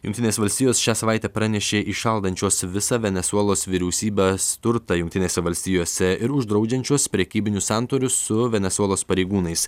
jungtinės valstijos šią savaitę pranešė įšaldančios visą venesuelos vyriausybės turtą jungtinėse valstijose ir uždraudžiančios prekybinius sandorius su venesuelos pareigūnais